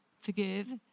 forgive